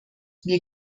wir